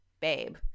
babe